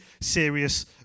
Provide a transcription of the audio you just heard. serious